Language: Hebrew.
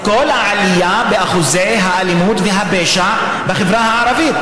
כל העלייה באחוזי האלימות והפשע בחברה הערבית.